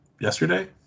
yesterday